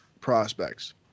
prospects